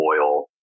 oil